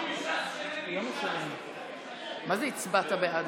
מה זה הצבעת בעד?